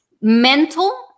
mental